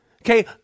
Okay